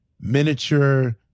miniature